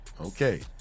Okay